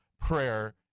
prayer